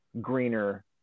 greener